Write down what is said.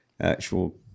actual